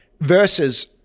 Versus